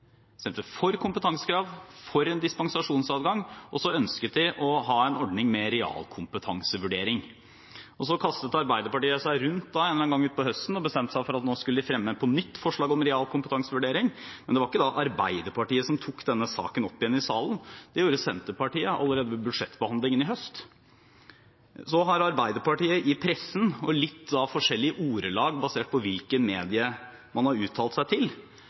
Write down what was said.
kompetansekrav og for en dispensasjonsadgang, og så ønsket de å ha en ordning med realkompetansevurdering. Så kastet Arbeiderpartiet seg rundt en eller annen gang utpå høsten og bestemte seg for at nå skulle de fremme på nytt forslaget om realkompetansevurdering, men det var ikke da Arbeiderpartiet som tok denne saken opp igjen i salen, det gjorde Senterpartiet allerede ved budsjettbehandlingen i høst. Så har Arbeiderpartiet i pressen og i litt forskjellige ordelag basert på hvilke medier man har uttalt seg til,